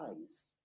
eyes